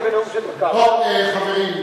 אני מציע שתקריא קטעים מזה בנאום, אוקיי, חברים.